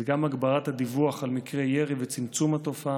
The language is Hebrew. הגברת הדיווח על מקרי ירי וצמצום התופעה,